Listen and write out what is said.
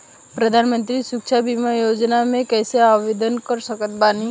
प्रधानमंत्री सुरक्षा बीमा योजना मे कैसे आवेदन कर सकत बानी?